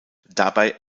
dabei